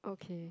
okay